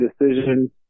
decision